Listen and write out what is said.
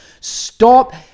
Stop